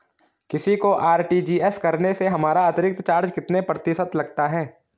किसी को आर.टी.जी.एस करने से हमारा अतिरिक्त चार्ज कितने प्रतिशत लगता है?